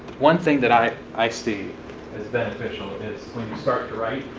one thing that i i see as beneficially is when you start to write,